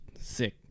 sick